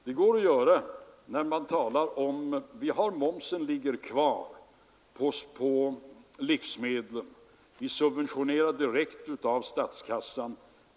Det går att göra på det sättet att vi har momsen kvar på livsmedel och subventionerar baslivsmedlen direkt ur statskassan.